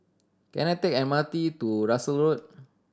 can I take M R T to Russels Road